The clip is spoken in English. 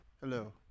Hello